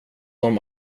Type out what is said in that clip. dem